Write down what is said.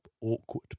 awkward